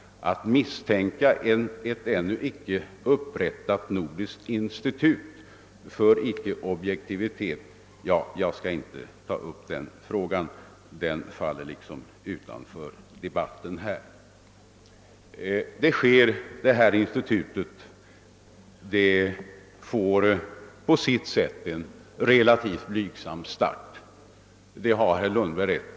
Att misstänka ett ännu inte upprättat nordiskt institut för icke-objektivitet — ja, jag skall inte ta upp den frågan, den faller liksom utanför debatten. Institutet får en relativt blygsam start, det har herr Lundberg rätt i.